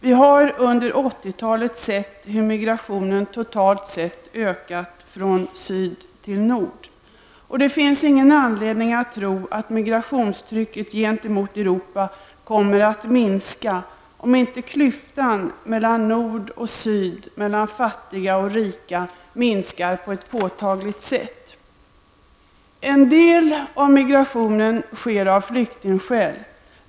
Vi har under 80-talet sett hur migrationen totalt sett ökat från syd till nord. Det finns ingen anledning att tro att migrationstrycket gentemot Europa kommer att minska om inte klyftan mellan nord och syd, mellan rika och fattiga, minskar på ett påtagligt sätt. En del av migrationen sker av flyktingskäl.